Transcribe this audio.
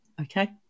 okay